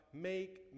make